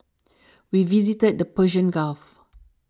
we visited the Persian Gulf